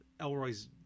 Elroy's